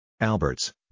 Alberts